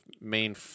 main